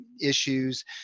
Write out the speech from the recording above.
issues